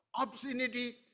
obscenity